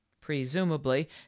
presumably